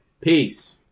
peace